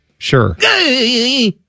Sure